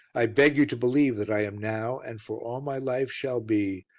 i beg you to believe that i am now, and for all my life shall be,